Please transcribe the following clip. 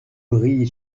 brille